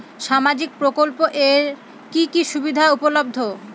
সামাজিক প্রকল্প এর কি কি সুবিধা উপলব্ধ?